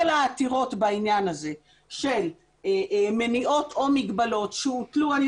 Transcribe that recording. כל העתירות בעניין הזה של מניעות או מגבלות שהוטלו אני